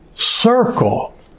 circle